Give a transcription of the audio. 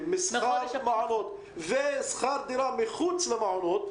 משכר מעונות ושכר דירה מחוץ למעונות,